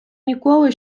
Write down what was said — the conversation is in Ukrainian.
ніколи